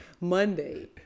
Monday